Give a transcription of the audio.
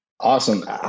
awesome